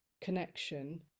connection